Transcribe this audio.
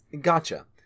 Gotcha